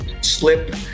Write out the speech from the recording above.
slip